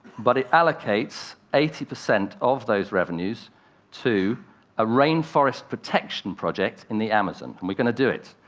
but it allocates eighty percent of those revenues to a rainforest protection project in the amazon. and we're going to do it.